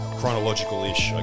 chronological-ish